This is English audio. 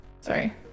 Sorry